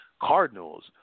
Cardinals